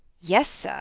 yes, sir,